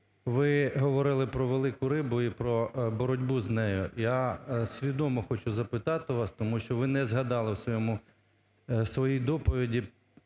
ви говорили про "велику рибу" і про боротьбу з нею. Я свідомо хочу запитати у вас, тому що ви не згадали в своєму, в